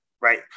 right